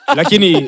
Lakini